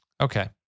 Okay